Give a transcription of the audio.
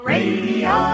Radio